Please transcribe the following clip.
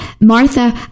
Martha